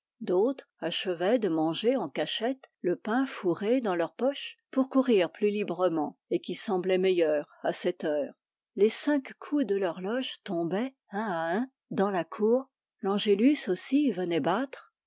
d'autres achevaient de manger en cachette le pain fourré dans leur poche pour courir plus librement et qui semblait meilleur à cette v heure les cinq coups de l'horloge tombaient un à un dans la cour l'angelus aussi y venait battre